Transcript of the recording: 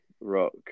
rock